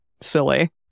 silly